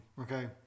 okay